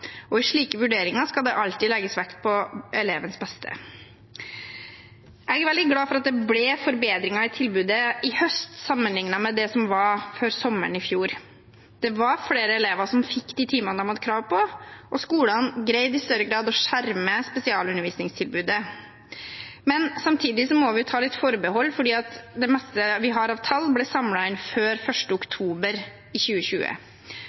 og i slike vurderinger skal det alltid legges vekt på elevens beste. Jeg er veldig glad for at det ble forbedringer i tilbudet i høst, sammenlignet med det som var før sommeren i fjor. Det var flere elever som fikk de timene de hadde krav på, og skolene greide i større grad å skjerme spesialundervisningstilbudet. Samtidig må vi ta litt forbehold, for det meste vi har av tall, ble samlet inn før 1. oktober i 2020.